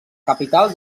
capital